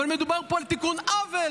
אבל מדובר פה על תיקון עוול.